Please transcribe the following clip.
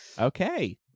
okay